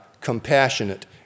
compassionate